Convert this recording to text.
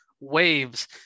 Waves